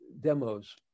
demos